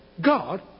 God